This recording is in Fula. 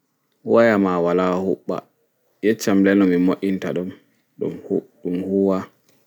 Waya ma wala huɓɓa yeccam le no mi wo'inta ɗum ɗum huuwa